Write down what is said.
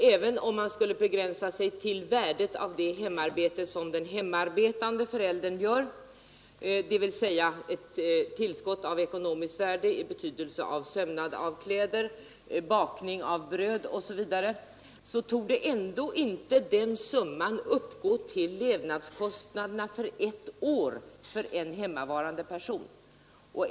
Även om man skulle begränsa sig till fastställande av värdet av det arbete som den hemarbetande föräldern gör, dvs. ett tillskott av ekonomiskt värde i betydelsen sömnad av kläder, bakning av bröd osv., torde denna summa ändå inte uppgå till levnadskostnaderna för ett år för en hemmavarande person.